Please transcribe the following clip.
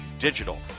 digital